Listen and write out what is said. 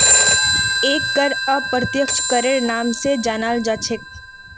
एक कर अप्रत्यक्ष करेर नाम स जानाल जा छेक